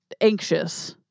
anxious